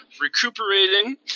recuperating